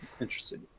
interesting